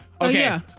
okay